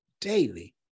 daily